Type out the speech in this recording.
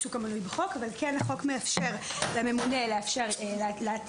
העיסוק המנוי בחוק אבל כן החוק מאפשר לממונה להתיר עיסוקים